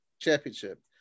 Championship